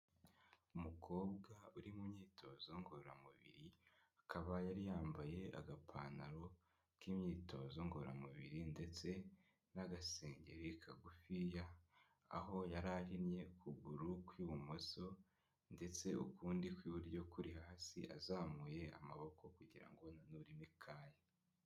Umukobwa uri mu myitozo ngororamubiri, akaba yari yambaye agapantaro k'imyitozo ngororamubiri ndetse n'agasengeri kagufiya, aho yari ahinnye ukuguru kw'ibumoso ndetse ukundi kw'iburyo kuri hasi, azamuye amaboko kugira ngo ananure imikaya.